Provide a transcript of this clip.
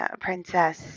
Princess